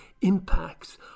impacts